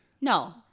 No